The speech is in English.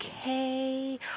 okay